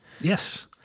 Yes